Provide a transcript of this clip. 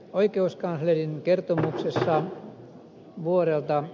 oikeuskanslerin kertomuksessa vuodelta